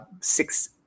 six